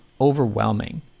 overwhelming